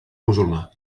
musulmà